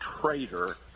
traitor